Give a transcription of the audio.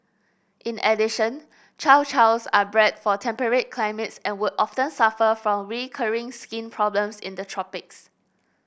in addition Chow Chows are bred for temperate climates and would often suffer from recurring skin problems in the tropics